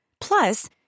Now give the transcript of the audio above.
Plus